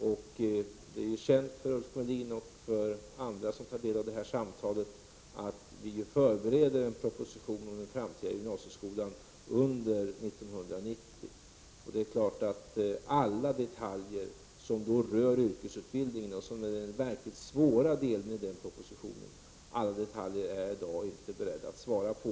Det är känt för Ulf Melin och för andra som tar del av detta samtal att vi om den framtida gymnasieskolan förbereder en proposition som skall presenteras under 1990. Frågor om alla detaljer som rör yrkesutbildningen, som är den verkligt svåra delen av den propositionen, är jag i dag inte beredd att svara på.